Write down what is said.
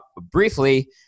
briefly